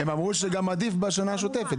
הם גם אמרו שעדיף בשנה השוטפת.